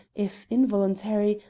if involuntary,